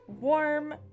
warm